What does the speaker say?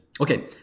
Okay